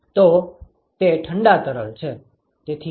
તો તે ઠંડા તરલ છે